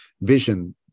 vision